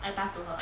I pass to her ah